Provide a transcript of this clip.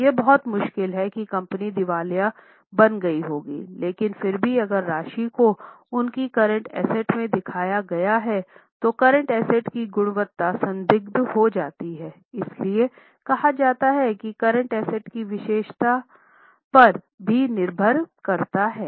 यह बहुत मुश्किल है कि कंपनी दिवालिया बन गई होगी लेकिन फिर भी अगर राशि को उनकी करंट एसेट में दिखाया गया है तो करंट एसेट की गुणवत्ता संदिग्ध हो जाती हैं इसीलिए कहा जाता है कि यह करंट एसेट की विशेषता पर भी निर्भर करता है